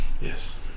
yes